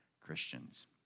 Christians